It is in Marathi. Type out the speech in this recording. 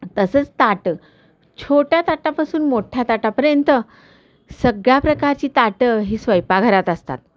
तसंच ताटं छोट्या ताटापासून मोठ्या ताटापर्यंत सगळ्या प्रकारची ताटं ही स्वयंपाकघरात असतात